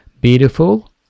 beautiful